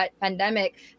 pandemic